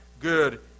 good